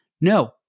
No